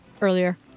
earlier